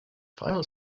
final